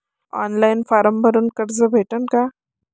Online form भरून कर्ज भेटन का?